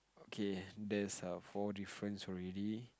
okay there's err four difference already